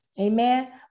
amen